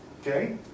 okay